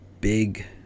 big